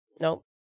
Nope